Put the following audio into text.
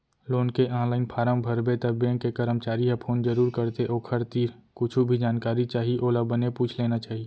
loan के online form भरबे त बेंक के करमचारी ह फोन जरूर करथे ओखर तीर कुछु भी जानकारी चाही ओला बने पूछ लेना चाही